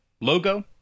logo